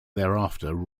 thereafter